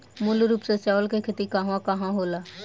मूल रूप से चावल के खेती कहवा कहा होला?